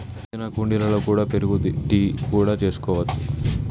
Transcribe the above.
పుదీనా కుండీలలో కూడా పెరుగుద్ది, టీ కూడా చేసుకోవచ్చు